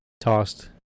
Tossed